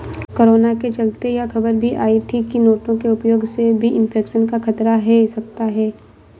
corona के चलते यह खबर भी आई थी की नोटों के उपयोग से भी इन्फेक्शन का खतरा है सकता है